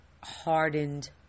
hardened